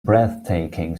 breathtaking